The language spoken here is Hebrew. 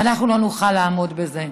ואנחנו לא נוכל לעמוד בזה.